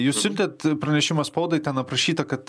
jūs siuntėt pranešimą spaudai ten aprašyta kad